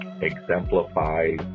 exemplifies